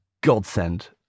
godsend